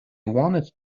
wanted